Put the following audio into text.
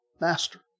master